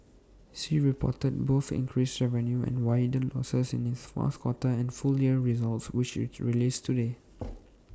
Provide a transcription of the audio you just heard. sea reported both increased revenues and wider losses in its fourth quarter and full year results which IT released today